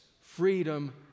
freedom